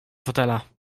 fotela